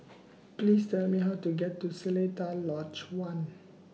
Please Tell Me How to get to Seletar Lodge one